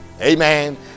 Amen